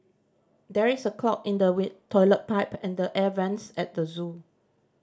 there is a clog in the toilet pipe and the air vents at the zoo